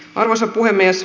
arvoisa puhemies